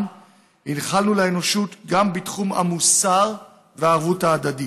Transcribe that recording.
הנחלנו לאנושות גם בתחום המוסר והערבות ההדדית.